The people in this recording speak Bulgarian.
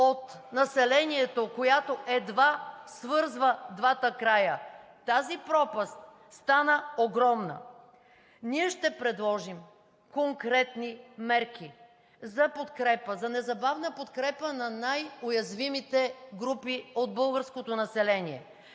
от населението, която едва свързва двата края – тази пропаст стана огромна. Ние ще предложим конкретни мерки за подкрепа, за незабавна подкрепа на най-уязвимите групи от българското население.